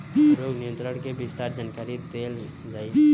रोग नियंत्रण के विस्तार जानकरी देल जाई?